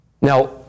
Now